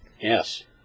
Yes